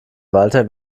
walter